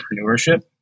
entrepreneurship